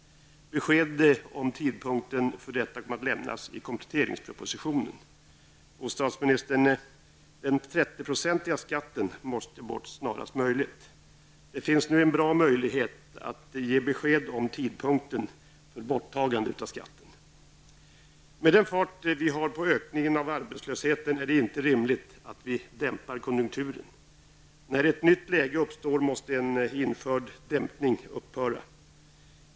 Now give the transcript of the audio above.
Besked om tidpunkten för detta kommer att lämnas i kompletteringspropositionen. Bostadsministern! Den 30-procentiga skatten måste tas bort snarast möjligt. Det finns nu en bra möjlighet att ge besked om tidpunkten för ett borttagande av den aktuella skatten. Med tanke på den fart som arbetslösheten ökar med är det inte rimligt att vi dämpar konjunkturen. När ett nytt läge uppstår måste en införd dämpning upphöra.